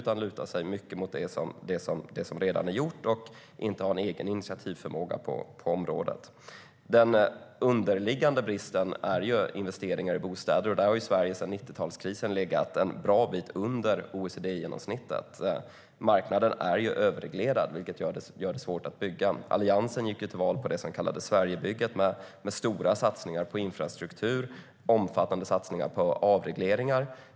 Man lutar sig mycket mot det som redan är gjort och har inte någon egen initiativförmåga på området. Den underliggande bristen är ju investeringar i bostäder. Där har Sverige sedan 90-talskrisen legat en bra bit under OECD-genomsnittet. Marknaden är överreglerad, vilket gör det svårt att bygga bostäder. Alliansen gick till val på det som kallades Sverigebygget med stora satsningar på infrastruktur och omfattande satsningar på avregleringar.